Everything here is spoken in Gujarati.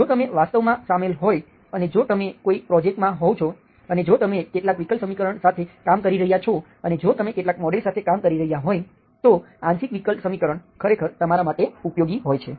જો તમે વાસ્તવમાં સામેલ હોવ અને જો તમે કોઈ પ્રોજેક્ટમાં હોવ છો અને જો તમે કેટલાક વિકલ સમીકરણ સાથે કામ કરી રહ્યા છો અને જો તમે કેટલાક મોડેલ સાથે કામ કરી રહ્યાં હોય તો આંશિક વિકલ સમીકરણ ખરેખર તમારા માટે ઉપયોગી હોય છે